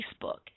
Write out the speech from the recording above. Facebook